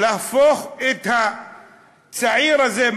להפוך את הצעיר הזה,